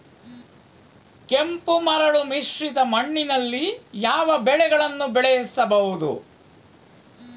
ಕೆಂಪು ಮರಳು ಮಿಶ್ರಿತ ಮಣ್ಣಿನಲ್ಲಿ ಯಾವ ಬೆಳೆಗಳನ್ನು ಬೆಳೆಸಬಹುದು?